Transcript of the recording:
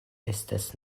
estas